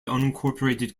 unincorporated